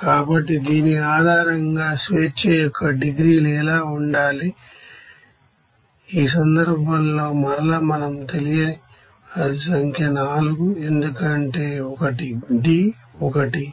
కాబట్టి దీని ఆధారంగా డిగ్రీస్ అఫ్ ఫ్రీడమ్ లు ఎలా ఉండాలి ఈ సందర్భంలో మరలా మనం తెలియనివారి సంఖ్య 4 ఎందుకు ఒకటి D ఒకటి